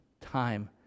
time